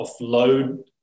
offload